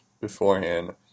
beforehand